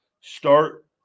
start